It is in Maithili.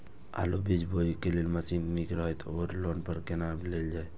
आलु बीज बोय लेल कोन मशीन निक रहैत ओर लोन पर केना लेल जाय?